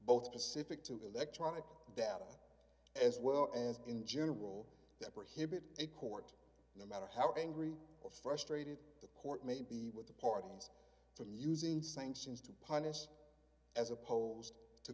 both specific to electronic data as well as in general that prohibit a court no matter how angry or frustrated the court may be with the parties from using sanctions to punish as opposed